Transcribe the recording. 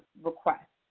request.